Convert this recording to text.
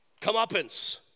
comeuppance